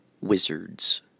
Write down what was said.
wizards